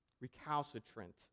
recalcitrant